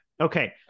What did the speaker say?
Okay